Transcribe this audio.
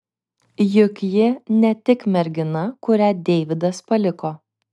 juk ji ne tik mergina kurią deividas paliko